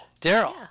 daryl